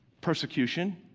Persecution